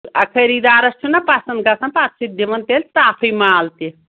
اَ خریٖدارَس چھُنا پَسنٛد گژھان پَتہٕ چھِ دِوان تیٚلہِ صافٕے مال تہِ